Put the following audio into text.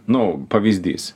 nu pavyzdys